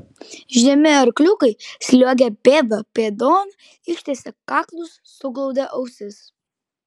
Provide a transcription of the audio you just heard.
žemi arkliukai sliuogė pėda pėdon ištiesę kaklus suglaudę ausis